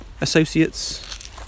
Associates